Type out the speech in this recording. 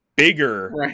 bigger